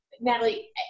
Natalie